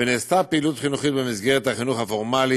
ונעשתה פעילות חינוכית במסגרת החינוך הפורמלי